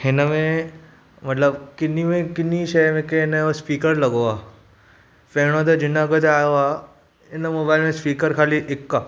हिन में मतिलबु किन्ही में किन्ही शइ में की नयो स्पीकर लॻो आहे पहिरियों त जिन गॾु आहियो आहे इन मोबाइल में स्पीकर ख़ाली हिकु आहे